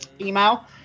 email